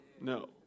no